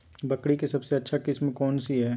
बकरी के सबसे अच्छा किस्म कौन सी है?